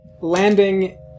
Landing